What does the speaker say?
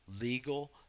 legal